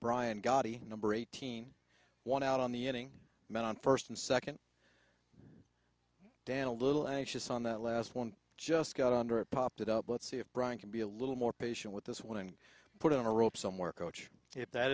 goddy number eighteen one out on the inning men on first and second down a little anxious on that last one just got under it popped it up let's see if brian can be a little more patient with this one and put in a rope somewhere coach if that